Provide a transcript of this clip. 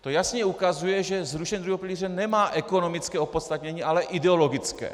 To jasně ukazuje, že zrušené druhého pilíře nemá ekonomické opodstatnění, ale ideologické.